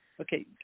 okay